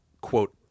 quote